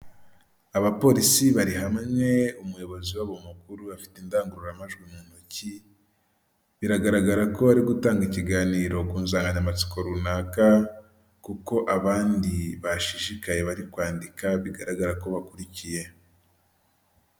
Abapolisi bari hamwe, umuyobozi wabo mukuru bafite indangururamajwi mu ntoki, biragaragara ko bari gutanga ikiganiro ku nsanganyamatsiko runaka kuko abandi bashishikaye bari kwandika bigaragara ko bakurikiye.